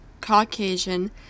Caucasian